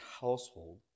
household